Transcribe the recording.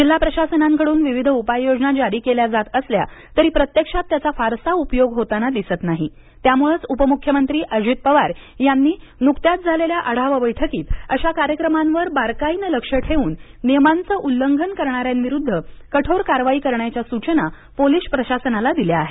जिल्हा प्रशासनांकडून विविध उपाय योजना जारी केल्या जात असल्या तरी प्रत्यक्षात त्याचा फारसा उपयोग होताना दिसत नाही त्यामुळंच उपमुख्यमंत्री अजित पवार यांनी नुकत्याच झालेल्या आढावा बैठकीत अशा कार्यक्रमांवर बारकाईनं लक्ष ठेऊन नियमांचं उल्लंघन करणाऱ्यांविरुद्ध कठोर कारवाई करण्याच्या सूचना पोलीस प्रशासनाला दिल्या आहेत